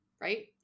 Right